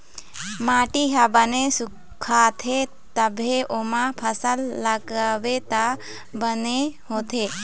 माटी ह बने सुखाथे तभे ओमा फसल लगाबे त बने होथे